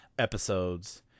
episodes